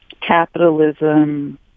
capitalism